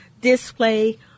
display